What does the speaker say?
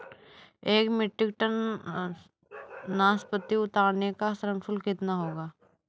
एक metric tonne नाशपाती उतारने का श्रम शुल्क कितना होगा?